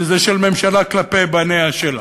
שזה של ממשלה כלפי בניה שלה,